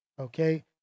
okay